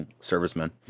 servicemen